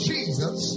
Jesus